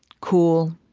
cool,